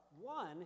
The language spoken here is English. One